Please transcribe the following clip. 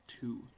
two